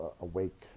awake